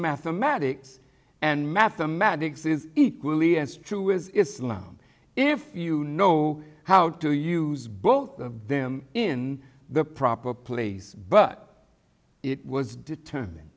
mathematics and mathematics is equally as true with islam if you know how to use both of them in the proper place but it was determine